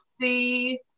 see